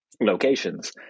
locations